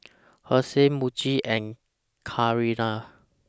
Herschel Muji and Carrera